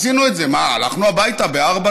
עשינו את זה, מה, הלכנו הביתה ב-04:00.